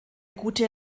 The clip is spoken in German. gute